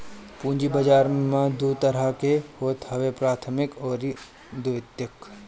पूंजी बाजार दू तरह के होत हवे प्राथमिक अउरी द्वितीयक